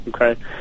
okay